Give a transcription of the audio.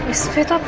spirit